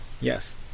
Yes